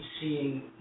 seeing